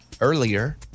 earlier